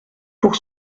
pour